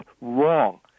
wrong